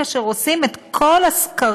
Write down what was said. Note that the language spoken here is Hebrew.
כאשר עושים את כל הסקרים,